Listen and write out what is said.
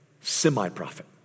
semi-prophet